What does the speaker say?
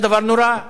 זה דבר נורא.